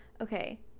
Okay